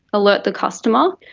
alert the customer,